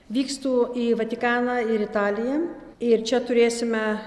vykstu į vatikaną ir italiją ir čia turėsime